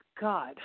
God